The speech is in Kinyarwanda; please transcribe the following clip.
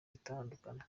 gutandukana